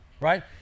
right